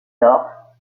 lors